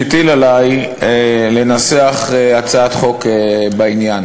והוא הטיל עלי לנסח הצעת חוק בעניין.